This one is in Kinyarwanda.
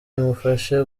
imufashe